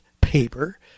paper